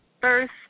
first